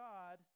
God